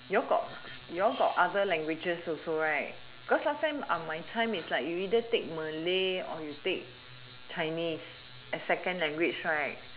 you all got you all got other languages also right cause last time are my time is like you either take malay or you take chinese as second language right